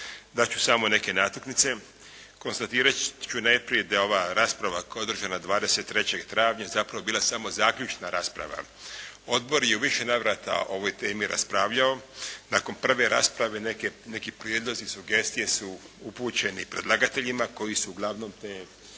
ću samo neke natuknice, konstatirati ću najprije da je ova rasprava koja je održana 23. travnja zapravo bila samo zaključna rasprava. Odbor je u više navrata o ovoj temi raspravljao. Nakon prve rasprave neki prijedlozi, sugestije su upućeni predlagateljima koji su uglavnom te